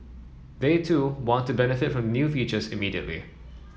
they too want to benefit from new features immediately